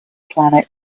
planet